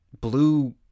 blue